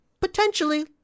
potentially